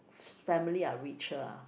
family are richer ah